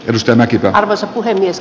risto mäkinen arvoisa puhemies